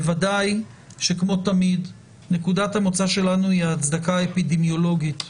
בוודאי שכמו תמיד נקודת המוצא שלנו היא ההצדקה האפידמיולוגית.